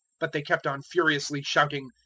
but they kept on furiously shouting,